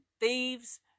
thieves